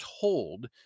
told